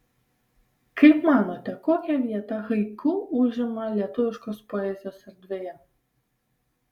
kaip manote kokią vietą haiku užima lietuviškos poezijos erdvėje